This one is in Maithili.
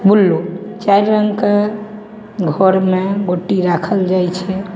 बुल्लू चारि रङ्गके घरमे गोटी राखल जाइ छै